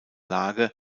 lage